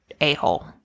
a-hole